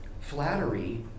Flattery